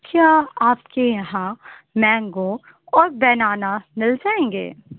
کیا آپ کے یہاں مینگو اور بناناز مل جائیں گے